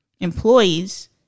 employees